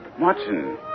Watson